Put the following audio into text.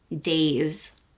days